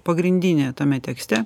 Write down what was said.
pagrindinė tame tekste